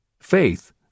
Faith